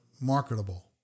marketable